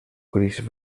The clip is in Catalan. gris